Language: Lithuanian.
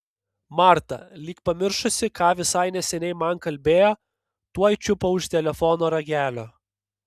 marta lyg pamiršusi ką visai neseniai man kalbėjo tuoj čiupo už telefono ragelio